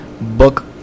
Book